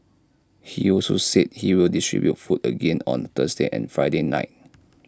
he also said he will distribute food again on Thursday and Friday night